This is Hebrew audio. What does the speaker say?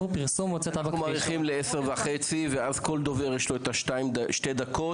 אנחנו מאריכים ל-10:30 ואז כל דובר יש לו את שתי הדקות.